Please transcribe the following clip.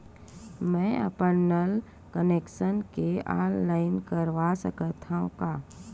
मैं अपन नल कनेक्शन के ऑनलाइन कर सकथव का?